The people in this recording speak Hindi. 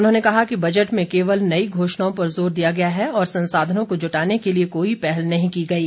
उन्होंने कहा कि बजट में केवल नई घोषणाओं पर जोर दिया गया है और संसाधनों को जुटाने के लिए कोई पहल नही की गई है